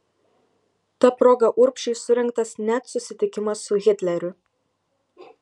ta proga urbšiui surengtas net susitikimas su hitleriu